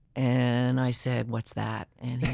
and i said, what's that? and